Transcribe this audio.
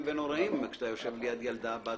ונוראים כשאתה יושב ליד ילדה קטנה.